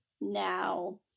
now